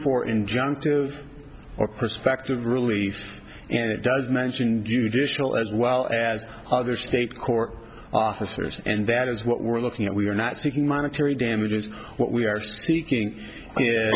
for injunctive or perspective released and it does mention judicial as well as other state court officers and that is what we're looking at we are not seeking monetary damages what we are seeking